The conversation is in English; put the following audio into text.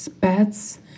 pets